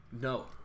No